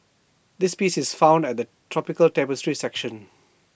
this piece is found at the tropical tapestry section